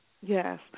Yes